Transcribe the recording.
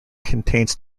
contains